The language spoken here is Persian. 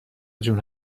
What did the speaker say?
جون